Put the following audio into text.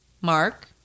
Mark